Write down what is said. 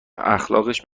اخلاقش